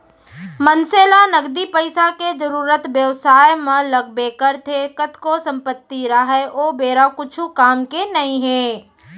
मनसे ल नगदी पइसा के जरुरत बेवसाय म लगबे करथे कतको संपत्ति राहय ओ बेरा कुछु काम के नइ हे